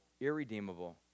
irredeemable